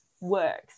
works